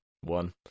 one